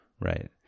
Right